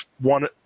one